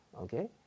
okay